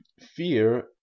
fear